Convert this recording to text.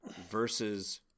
versus